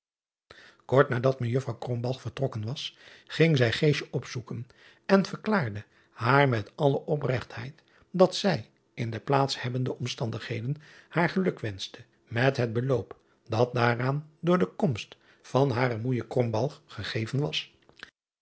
ort nadat ejuffrouw vertrokken was driaan oosjes zn et leven van illegonda uisman ging zij opzoeken en verklaarde haar met alle opregtheid dat zij in de plaats hebbende omstandigheden haar geluk wenschte met het beloop dat daaraan door de komst van hare oeije gegeven was